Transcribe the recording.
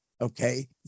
Okay